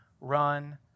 run